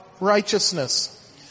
righteousness